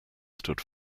stood